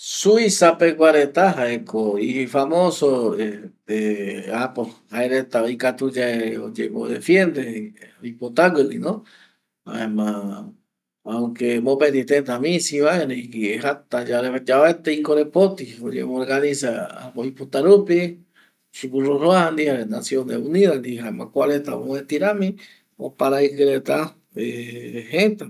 Suiza pegua reta jaeko ifamoso jaereta oikatuyae oyembo defiende oipotragueguino jaema aunque mopeti tëta misiva ereiko täta tëta yavaete ikorepoti oyemorganiza oipota rupi Cruz Roja ndie jare Naciones Unidas ndie jaema kuareta mopeti rami oparaiki reta jëtape